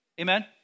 Amen